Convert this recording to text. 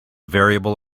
variable